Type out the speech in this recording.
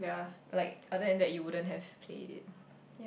like other than that you wouldn't have played it